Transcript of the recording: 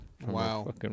Wow